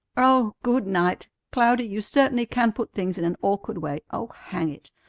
oh, good night! cloudy, you certainly can put things in an awkward way. oh, hang it!